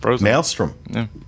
Maelstrom